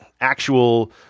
actual